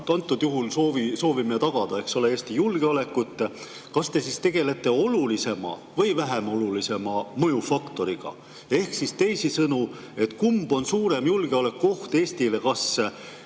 antud juhul me soovime tagada, eks ole, Eesti julgeolekut –, kas te siis tegelete olulisema või vähem olulise mõjufaktoriga? Teisisõnu, kumb on suurem julgeolekuoht Eestile, kas